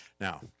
Now